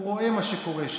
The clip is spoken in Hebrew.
הוא רואה מה שקורה שם.